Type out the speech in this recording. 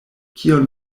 kion